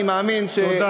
אני מאמין, תודה.